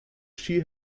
she